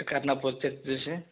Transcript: ఎక్కడన్న పోతే ప్లేస్